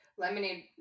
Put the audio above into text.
Lemonade